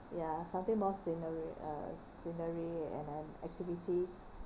ya something more scenery uh scenery and then activities